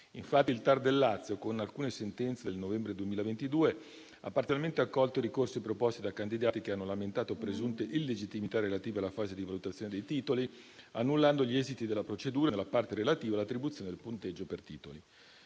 Infatti il TAR del Lazio, con alcune sentenze del novembre 2022, ha parzialmente accolto i ricorsi proposti da candidati che hanno lamentato presunte illegittimità relative alla fase di valutazione dei titoli, annullando gli esiti della procedura nella parte relativa all'attribuzione del punteggio per titoli.